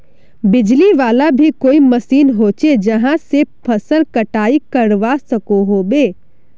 बिजली वाला भी कोई मशीन होचे जहा से फसल कटाई करवा सकोहो होबे?